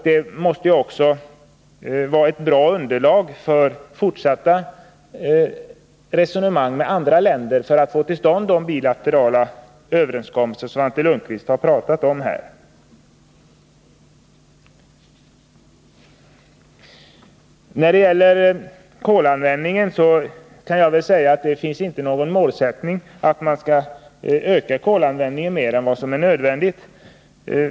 Den utgör vidare ett bra underlag för fortsatta resonemang med andra länder i syfte att åstadkomma de bilaterala överenskommelser som Svante Lundkvist talade om. Det är ingen målsättning att öka kolanvändningen mer än nödvändigt.